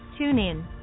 TuneIn